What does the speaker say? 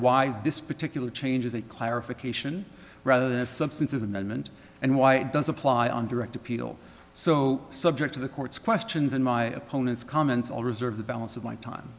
why this particular change is a clarification rather than the substance of amendment and why it does apply on direct appeal so subject to the court's questions in my opponent's comments i'll reserve the balance of my time